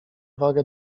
wagę